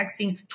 texting